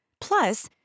Plus